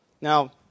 Now